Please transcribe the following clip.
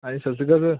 ਹਾਂਜੀ ਸਤਿ ਸ਼੍ਰੀ ਅਕਾਲ ਸਰ